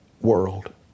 world